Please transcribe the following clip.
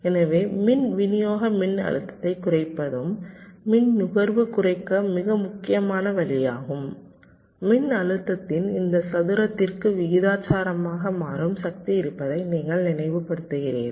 எனவே மின் விநியோக மின்னழுத்தத்தைக் குறைப்பதும் மின் நுகர்வு குறைக்க மிக முக்கியமான வழியாகும் மின்னழுத்தத்தின் இந்த சதுரத்திற்கு விகிதாசாரமாக மாறும் சக்தி இருப்பதை நீங்கள் நினைவுபடுத்துகிறீர்கள்